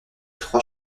trois